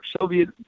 Soviet